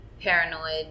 paranoid